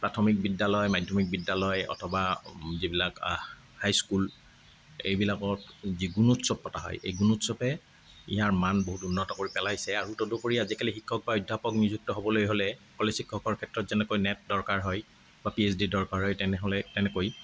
প্ৰাথমিক বিদ্যালয় মাধ্য়মিক বিদ্যালয় অথবা যিবিলাক হাইস্কুল এইবিলাকত যি গুণোৎসৱ পতা হয় এই গুণোৎসৱে ইয়াৰ মান বহুতো উন্নত কৰি পেলাইছে আৰু তদুপৰি আজিকালি শিক্ষক বা অধ্যাপক নিযুক্ত হ'বলৈ হ'লে কলেজ শিক্ষকৰ ক্ষেত্ৰত যেনেকৈ নেট দৰকাৰ হয় বা পি এইছ ডি দৰকাৰ হয় তেনেহ'লে এনেকৈ